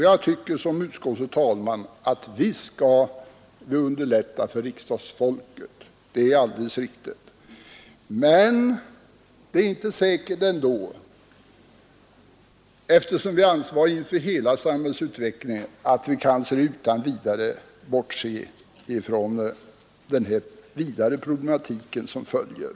Jag tycker, som utskottets ordförande, vi skall underlätta för riksdagsfolket — det är alldeles riktigt. Men, det är inte säkert ändå, eftersom vi ansvarar för hela samhällsutvecklingen, att vi kan bortse från de vidare konsekvenser som följer.